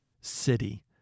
city